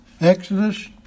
Exodus